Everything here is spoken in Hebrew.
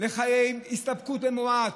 חיי הסתפקות במועט,